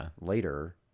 later